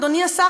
אדוני השר,